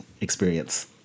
experience